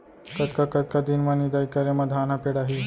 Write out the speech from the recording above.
कतका कतका दिन म निदाई करे म धान ह पेड़ाही?